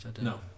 No